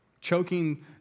Choking